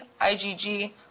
IgG